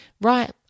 Right